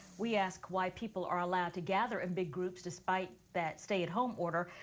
we ask why people are allowed to gather in big groups despite that stay at home order.